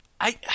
I-